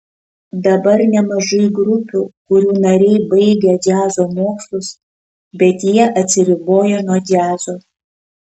dabar nemažai grupių kurių nariai baigę džiazo mokslus bet jie atsiriboja nuo džiazo